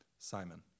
Simon